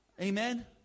Amen